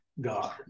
God